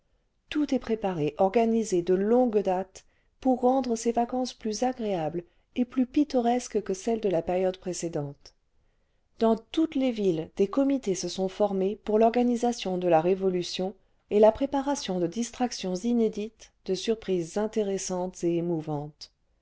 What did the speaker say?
tout est préparé organisé de longue date pour rendre ces vacances plus agréables et plus pittoresques que celles de là période précédente dans toutes les villes des comités se sont formés pour l'organisation de la révolution et la préparation de distractions inédites de surprises intéressantes et émouvantes